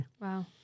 Wow